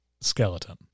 skeleton